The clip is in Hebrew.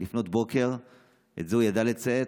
את זה הוא ידע לצייץ.